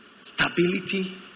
Stability